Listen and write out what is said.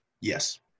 Yes